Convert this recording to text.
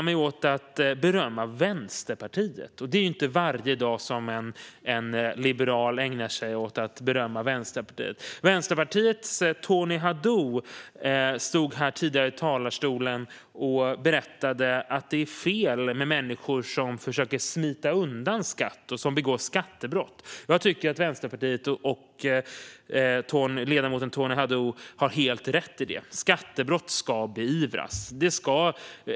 Jag vill även berömma Vänsterpartiet. Det är inte varje dag som en liberal ägnar sig åt beröm till Vänsterpartiet. Vänsterpartisten Tony Haddou berättade tidigare från talarstolen att det är fel när människor försöker smita undan skatt och som begår skattebrott. Jag tycker att Vänsterpartiet och ledamoten Tony Haddou har helt rätt i det. Skattebrott ska beivras.